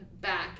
back